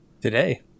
Today